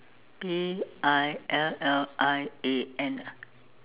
A I L L I A N ah